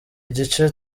igice